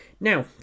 Now